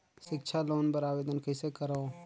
सिक्छा लोन बर आवेदन कइसे करव?